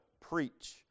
preach